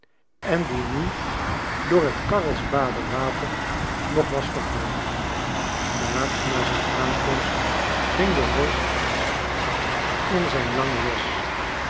en die nu door het karlsbader water nog was vergroot daags na zijn aankomst ging de vorst in zijn langen jas